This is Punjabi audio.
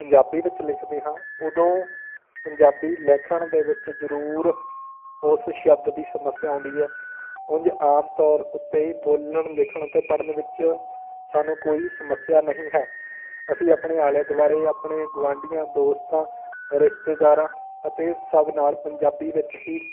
ਪੰਜਾਬੀ ਵਿੱਚ ਲਿਖਦੇ ਹਾਂ ਉਦੋਂ ਪੰਜਾਬੀ ਲਿਖਣ ਦੇ ਵਿੱਚ ਜ਼ਰੂਰ ਉਸ ਸ਼ਬਦ ਦੀ ਸਮੱਸਿਆ ਆਉਂਦੀ ਹੈ ਉਂਝ ਆਮ ਤੌਰ ਉੱਤੇ ਬੋਲਣ ਲਿਖਣ ਅਤੇ ਪੜ੍ਹਨ ਵਿੱਚ ਸਾਨੂੰ ਕੋਈ ਸਮੱਸਿਆ ਨਹੀਂ ਹੈ ਅਸੀਂ ਆਪਣੇ ਆਲੇ ਦੁਆਲੇ ਆਪਣੇ ਗੁਆਂਢੀਆਂ ਦੋਸਤਾਂ ਰਿਸ਼ਤੇਦਾਰਾਂ ਅਤੇ ਸਭ ਨਾਲ ਪੰਜਾਬੀ ਵਿੱਚ ਹੀ